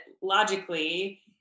logically